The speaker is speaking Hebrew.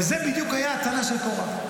וזו בדיוק הייתה הטענה של קרח,